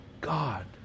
God